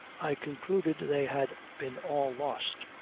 i concluded they had been all lost.